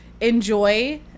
enjoy